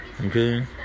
Okay